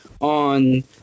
on